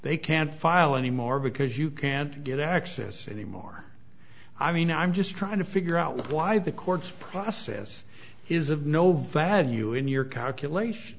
they can't file anymore because you can't get access anymore i mean i'm just trying to figure out why the courts process is of no value in your calculation